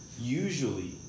usually